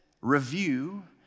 review